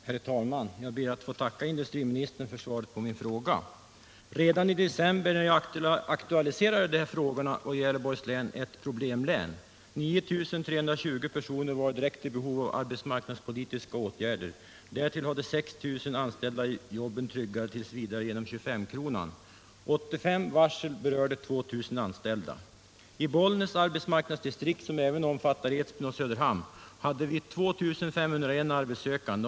Herr talman! Jag ber att få tacka industriministern för svaret på min fråga. Redan i december, när jag aktualiserade denna fråga, var Gävleborgs län ett problemlän. 9 320 personer var i direkt behov av arbetsmarknadspolitiska åtgärder, och därtill hade 6 000 anställda jobben tryggade t. v. genom 25 kronan. 85 varsel berörde 2 000 anställda. I Bollnäs arbetsmarknadsdistrikt, som även omfattar Edsbyn och Söderhamn, hade vi 2501 arbetssökande.